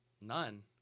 None